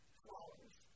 flowers